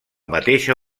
mateixa